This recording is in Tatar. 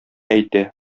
әйтә